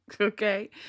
okay